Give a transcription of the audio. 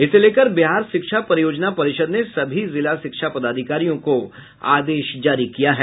इसे लेकर बिहार शिक्षा परियोजना परिषद ने सभी जिला शिक्षा पदाधिकारियों को आदेश जारी किया है